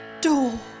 door